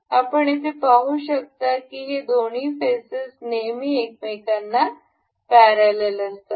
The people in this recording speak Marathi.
आपण हे पाहू शकता की हे दोन फेसेस नेहमी एकमेकांना पॅरलल असतात